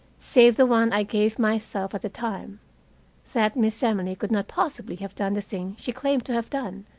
save the one i gave myself at the time that miss emily could not possibly have done the thing she claimed to have done,